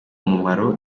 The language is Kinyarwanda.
umumaro